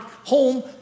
Home